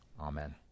Amen